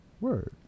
Word